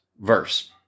verse